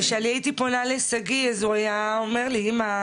וכשאני הייתי פונה לשגיא הוא היה אומר לי אמא,